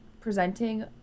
presenting